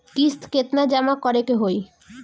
किस्त केतना जमा करे के होई?